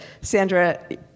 Sandra